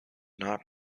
not